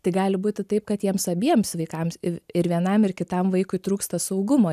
tai gali būti taip kad jiems abiems vaikams ir vienam ir kitam vaikui trūksta saugumo